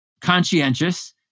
conscientious